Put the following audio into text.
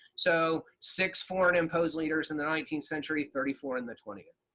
so six foreign imposed leaders in the nineteenth century. thirty four in the twentieth.